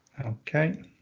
okay